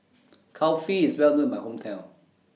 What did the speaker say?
Kulfi IS Well known in My Hometown